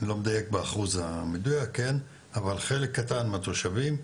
לא מדייק באחוז המדויק, אבל חלק קטן מהתושבים,